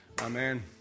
Amen